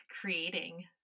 creating